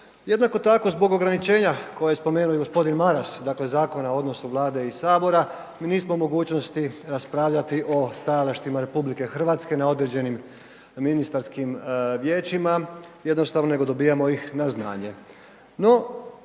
Jednako tako zbog ograničenja koje je spomenuo i g. Maras, dakle Zakona o odnosu Vlade i HS mi nismo u mogućnosti raspravljati o stajalištima RH na određenim ministarskim vijećima, jednostavno nego dobijamo ih na znanje.